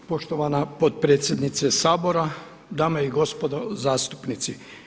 Poštovana potpredsjednice Sabora, dame i gospodo zastupnici.